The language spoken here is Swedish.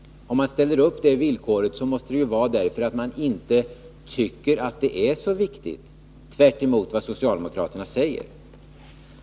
Ställer man upp det villkoret, måste det vara därför att man inte tycker att det är så viktigt, tvärtemot vad socialdemokraterna säger.